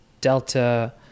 Delta